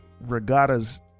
regatta's